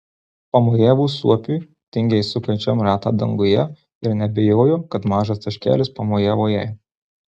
pamojavo suopiui tingiai sukančiam ratą danguje ir neabejojo kad mažas taškelis pamojavo jai